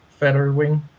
Featherwing